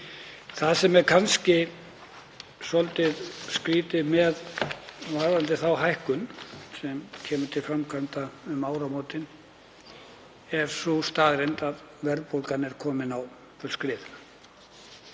Það sem er kannski svolítið skrýtið með þá hækkun, sem kemur til framkvæmda um áramótin, er sú staðreynd að verðbólgan er komin á fullt skrið.